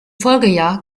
folgejahr